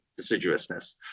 deciduousness